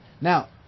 Now